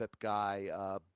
guy